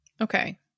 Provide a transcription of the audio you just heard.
okay